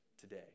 today